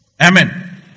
Amen